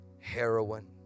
heroin